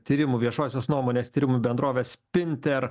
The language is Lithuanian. tyrimų viešosios nuomonės tyrimų bendrovės spinter